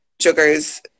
sugars